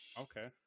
Okay